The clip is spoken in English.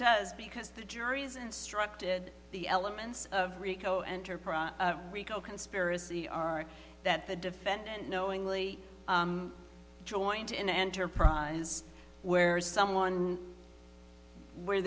does because the jury is instructed the elements of rico enterprise rico conspiracy are that the defendant knowingly joined in enterprise where someone where